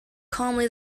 calmly